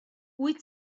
wyt